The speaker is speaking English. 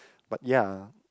but ya